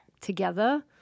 together